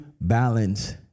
balance